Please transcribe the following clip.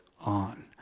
on